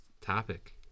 topic